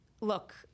look